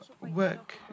work